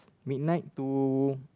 midnight to